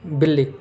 بلی